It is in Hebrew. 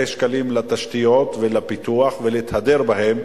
שקלים לתשתיות ולפיתוח ולהתהדר בהם.